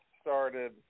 started